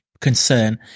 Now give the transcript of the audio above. concern